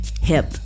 hip